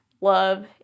Love